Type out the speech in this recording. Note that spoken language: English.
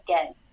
again